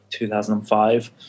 2005